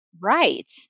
right